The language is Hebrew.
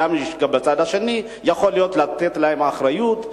גם מי שבצד השני יכול לתת להם אחריות.